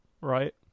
right